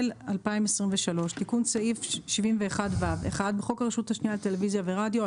התשפ"ג-2023 תיקון סעיף 71ו 1. בחוק הרשות השנייה לטלוויזיה ורדיו,